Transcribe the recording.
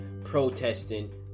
protesting